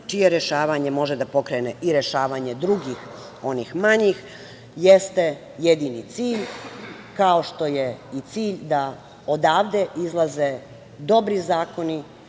čije rešavanje može da pokrene i rešavanje drugih onih manjih jeste jedini cilj, kao što je i cilj da odavde izlaze dobri zakoni,